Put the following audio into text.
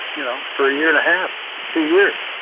you know for a year and a half, two years.